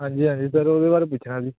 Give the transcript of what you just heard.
ਹਾਂਜੀ ਹਾਂਜੀ ਸਰ ਉਹਦੇ ਬਾਰੇ ਪੁੱਛਣਾ ਜੀ